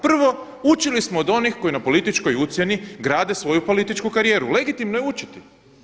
Prvo, učili smo od onih koji na političkoj ucjeni grade svoju političku karijeru, legitimno je učiti.